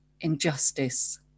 injustice